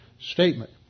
statement